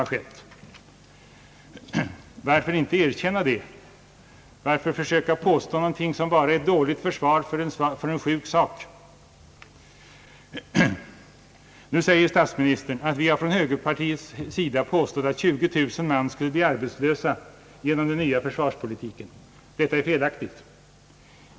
Varför inte erkänna det? Varför försöka påstå någonting som bara är ett dåligt försvar för en sjuk sak? Statsministern säger vidare, att vi från högerpartiets sida påstått att 20 000 man skulle bli arbetslösa genom den nya försvarspolitiken. Detta är felaktigt.